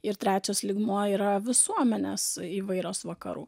ir trečias lygmuo yra visuomenės įvairios vakarų